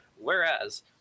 whereas